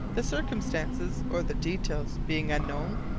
the circumstances or the details being unknown?